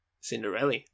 Cinderella